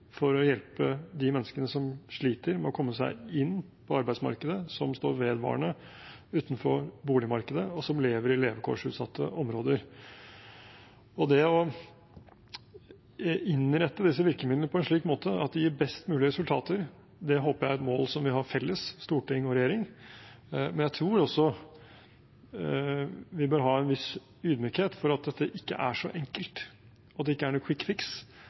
for å hjelpe de menneskene som sliter med å komme seg inn på arbeidsmarkedet, som står vedvarende utenfor boligmarkedet, og som lever i levekårsutsatte områder. Det å innrette disse virkemidlene på en slik måte at de gir best mulige resultater, håper jeg er et mål som vi har felles, storting og regjering, men jeg tror også vi bør ha en viss ydmykhet for at dette ikke er så enkelt, at det ikke er